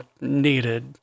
needed